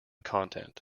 content